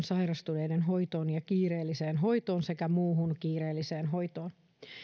sairastuneiden hoitoon ja kiireelliseen hoitoon sekä muuhun kiireelliseen hoitoon